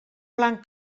blanc